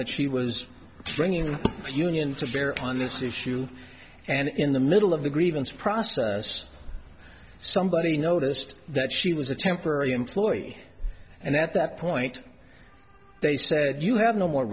that she was bringing the union to bear on this issue and in the middle of the grievance process somebody noticed that she was a temporary employee and at that point they said you have no more